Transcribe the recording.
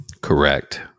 Correct